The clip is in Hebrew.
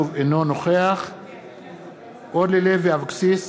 אינו נוכח אורלי לוי אבקסיס,